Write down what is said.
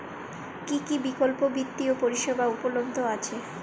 কী কী বিকল্প বিত্তীয় পরিষেবা উপলব্ধ আছে?